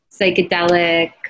psychedelic